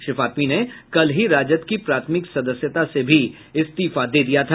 श्री फातमी ने कल ही राजद की प्राथमिक सदस्यता से भी इस्तीफा दे दिया था